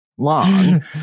long